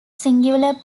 singular